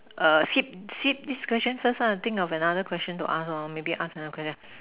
err skip skip this question first lah think of another question to ask lah maybe ask another question